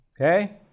okay